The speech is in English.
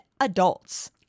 adults